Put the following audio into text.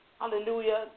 hallelujah